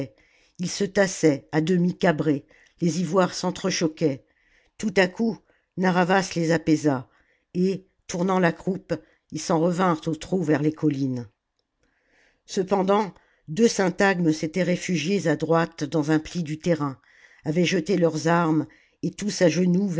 ils se tassaient à demi cabrés les ivoires s'entre-choquaient tout à coup narr'havas les apaisa et tournant la croupe ils s'en revinrent au trot vers les collines cependant deux syntagmes s'étaient réfugiés à droite dans un pli du terrain avaient jeté leurs armes et tous